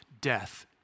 death